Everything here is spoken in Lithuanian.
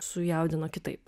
sujaudino kitaip